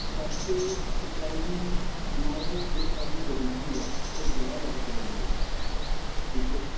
ਸਸਤੇ ਟਿਕਿਆਊ ਨੇ ਨਾਲੇ ਜੋ ਸਾਡੀ ਬਗੀਚੀ ਆ ਉਹ ਜਹਿਰ ਰਹਿਤ ਰਹਿੰਦੀ ਆ ਠੀਕ ਹੈ ਜੀ